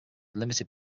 limited